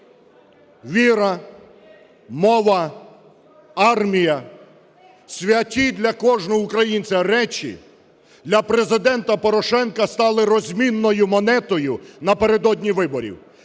Віра, мова, армія – святі для кожного українця речі, для Президента Порошенка стали розмінною монетою напередодні виборів,